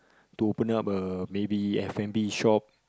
to open up a maybe F-and-B shop